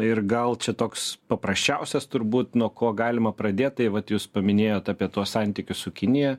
ir gal čia toks paprasčiausias turbūt nuo ko galima pradėt tai vat jūs paminėjot apie tuos santykius su kinija